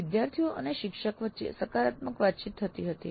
વિદ્યાર્થીઓ અને શિક્ષક વચ્ચે સકારાત્મક વાતચીત થતી હતી